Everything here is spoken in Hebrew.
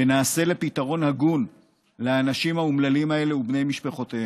ונעשה פתרון הגון לאנשים האומללים האלה ובני משפחותיהם.